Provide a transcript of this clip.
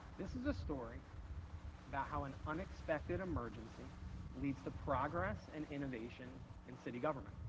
this is a story about how an unexpected emergency leads to progress and innovation in city government.